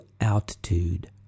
altitude